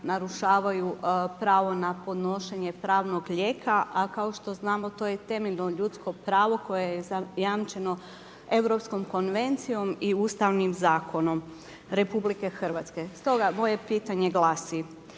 narušavaju pravo na podnošenje pravnog lijeka, a kao što znamo to je temeljno ljudsko pravo koje je zajamčeno Europskom konvencijom i Ustavnim zakonom RH. Stoga moje pitanje glasi: